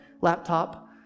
laptop